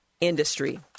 industry